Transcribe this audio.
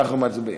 אנחנו מצביעים.